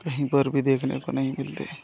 कहीं पर भी देखने को नहीं मिलते